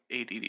ADD